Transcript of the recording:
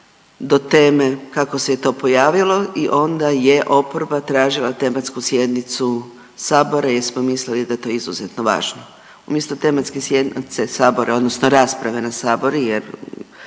do teme kako se je to pojavilo i onda je oporba tražila tematsku sjednicu sabora jer smo mislili da je to izuzetno važno. Umjesto tematske sjednice sabora odnosno rasprave na sabor jer